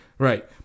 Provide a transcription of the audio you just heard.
Right